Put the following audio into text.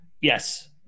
Yes